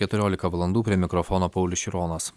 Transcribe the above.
keturiolika valandų prie mikrofono paulius šironas